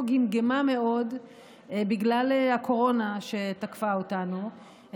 גמגמה מאוד בגלל הקורונה שתקפה אותנו,